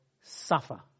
suffer